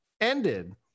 ended